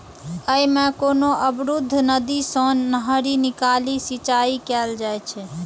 अय मे कोनो अवरुद्ध नदी सं नहरि निकालि सिंचाइ कैल जाइ छै